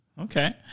okay